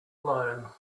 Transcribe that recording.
alone